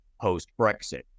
post-Brexit